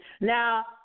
Now